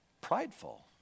prideful